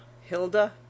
Hilda